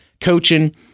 coaching –